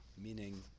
meaning